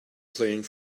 playing